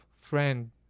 friend